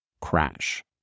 crash